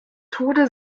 tode